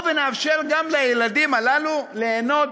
נאפשר גם לילדים הללו ליהנות